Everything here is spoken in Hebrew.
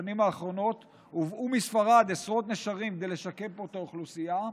בשנים האחרונות הובאו מספרד עשרות נשרים כדי לשקם פה את האוכלוסייה,